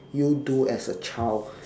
you do as a child